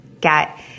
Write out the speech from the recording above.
get